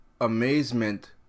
amazement